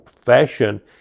fashion